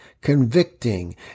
convicting